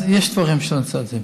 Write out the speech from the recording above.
אז יש דברים שעושים.